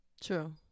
True